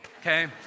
Okay